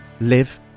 live